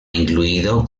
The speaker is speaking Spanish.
incluido